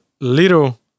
little